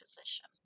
position